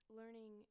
learning